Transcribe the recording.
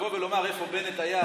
לבוא ולומר איפה בנט היה,